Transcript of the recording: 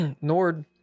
Nord